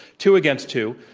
two against two.